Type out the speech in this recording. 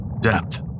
Depth